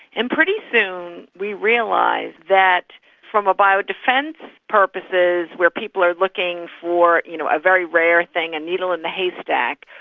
and pretty soon we realised that from bio-defence purposes where people are looking for you know a very rare thing, a needle in the haystack,